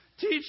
Teach